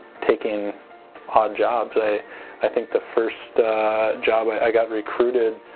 taking odd jobs i i think the first job i got recruited